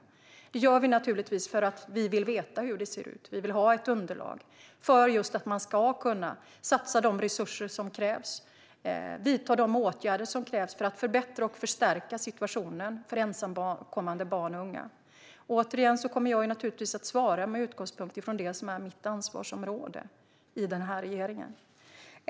Detta görs naturligtvis för att regeringen vill veta hur det ser ut. Vi vill ha ett underlag så att vi kan satsa de resurser och vidta de åtgärder som krävs för att förbättra och förstärka situationen för ensamkommande barn och unga. Jag kommer naturligtvis att svara med utgångspunkt i det som är mitt ansvarsområde i regeringen.